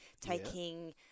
taking